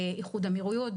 איחוד האמירויות,